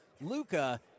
Luca